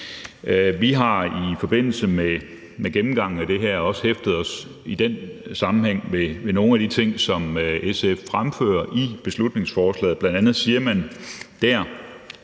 Vi har i forbindelse med gennemgangen af det her også i den sammenhæng hæftet os ved nogle af de ting, som SF fremfører i beslutningsforslaget – og jeg citerer: